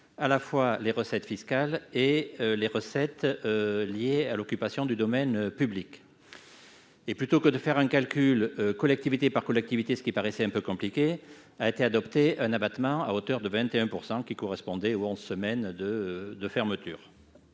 à la fois les recettes fiscales et les recettes liées à l'occupation du domaine public. Plutôt qu'un calcul collectivité par collectivité, qui paraissait un peu compliqué, nous avons voté un abattement à hauteur de 21 %, afin de tenir compte des onze semaines de fermeture.